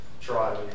try